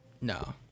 No